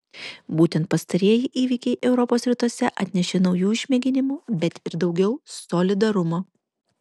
būtent pastarieji įvykiai europos rytuose atnešė naujų išmėginimų bet ir daugiau solidarumo